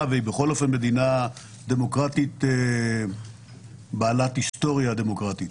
והיא בכל אופן מדינה דמוקרטית בעלת היסטוריה דמוקרטית?